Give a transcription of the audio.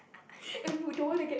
and we would don't want to get